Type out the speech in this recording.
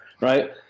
right